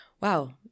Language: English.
wow